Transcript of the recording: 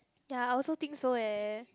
ya I also think so eh